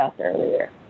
earlier